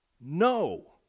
no